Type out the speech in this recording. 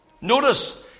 Notice